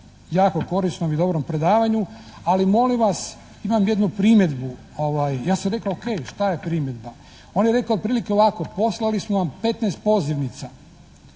jako korisnom i dobrom predavanju, ali molim vas, imam jednu primjedbu. Ja sam rekao ok, šta je primjedba? On je rekao otprilike ovako, poslali su nam 15 pozivnica.